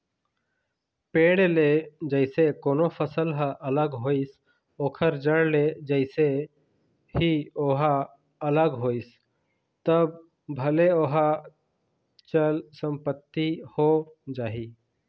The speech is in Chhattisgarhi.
पेड़ ले जइसे कोनो फसल ह अलग होइस ओखर जड़ ले जइसे ही ओहा अलग होइस तब भले ओहा चल संपत्ति हो जाही